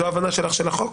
זאת ההבנה שלך של החוק?